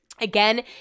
Again